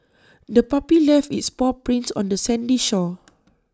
the puppy left its paw prints on the sandy shore